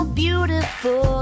beautiful